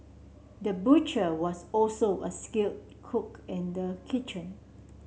the butcher was also a skilled cook in the kitchen